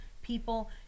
people